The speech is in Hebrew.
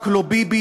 רק לא ביבי,